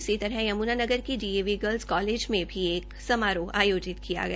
इसी तरह यमुनानगर के डीएवी गर्लस कॉलेज में भी एक समारोह करवाया गया